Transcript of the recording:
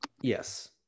Yes